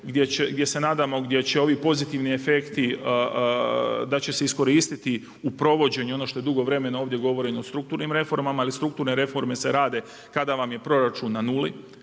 gdje će ovi pozitivni efekti da će se iskoristiti u provođenju, ono što je dugo vremena ovdje govoreno o strukturnim reformama. Ali strukturne reforme se rade kada vam je proračun na nuli,